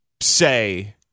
say